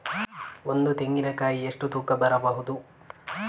ಒಂದು ತೆಂಗಿನ ಕಾಯಿ ಎಷ್ಟು ತೂಕ ಬರಬಹುದು?